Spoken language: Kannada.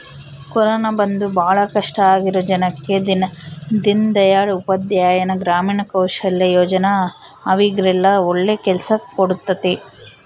ಕೊರೋನ ಬಂದು ಭಾಳ ಕಷ್ಟ ಆಗಿರೋ ಜನಕ್ಕ ದೀನ್ ದಯಾಳ್ ಉಪಾಧ್ಯಾಯ ಗ್ರಾಮೀಣ ಕೌಶಲ್ಯ ಯೋಜನಾ ಅವ್ರಿಗೆಲ್ಲ ಒಳ್ಳೆ ಕೆಲ್ಸ ಕೊಡ್ಸುತ್ತೆ